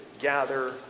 gather